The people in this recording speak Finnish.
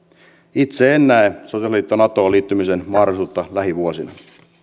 itse en näe sotilasliitto natoon liittymisen mahdollisuutta lähivuosina